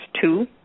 two